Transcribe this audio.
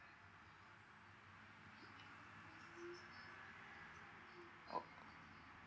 oh